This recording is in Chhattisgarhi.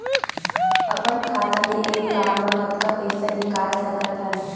अपन खाता ले एक बार मा कतका पईसा निकाल सकत हन?